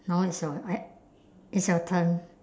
now it's your I it's your turn